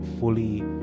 fully